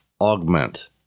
Augment